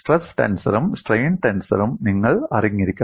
stress ടെൻസറും strain ടെൻസറും നിങ്ങൾ അറിഞ്ഞിരിക്കണം